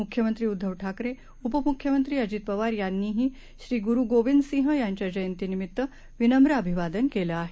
मुख्यमंत्री उद्दव ठाकरे उपमुख्यमंत्री अजित पवार यांनीही श्री गुरु गोविंदसिंह यांना जयंतीनिमित्त विनम्र अभिवादन केलं आहे